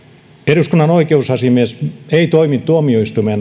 eduskunnan oikeusasiamies ei toimi tuomioistuimen